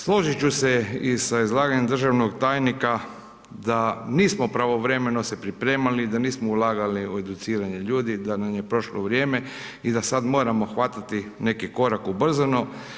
Složiti ću se i sa izlaganjem državnog tajnika, da nismo pravovremeno se pripremali, da nismo ulagali u educiranje ljudi, da nam je prošlo vrijeme i da sada moramo hvatati neki korak ubrzano.